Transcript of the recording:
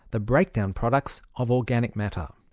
the breakdown products of organic matter.